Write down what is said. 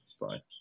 fine